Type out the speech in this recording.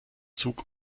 zug